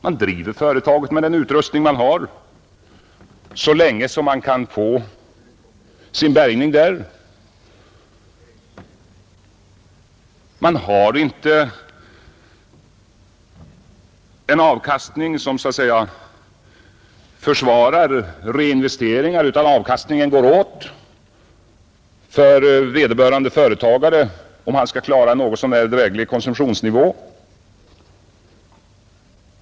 Man driver sitt företag med den utrustning man har så länge som man kan få sin bärgning där. Det ger inte en avkastning som möjliggör reinvesteringar, utan avkastningen går åt för att vederbörande företagare skall kunna hålla en något så när dräglig konsumtionsnivå.